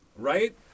Right